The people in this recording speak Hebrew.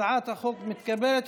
הצעת החוק מתקבלת,